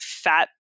fat